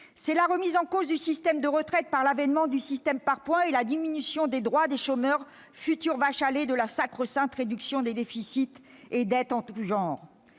c'est la remise en cause du système de retraites par l'avènement du système par points et la diminution des droits des chômeurs, victimes annoncées de la sacro-sainte réduction des déficits et dettes en tout genre.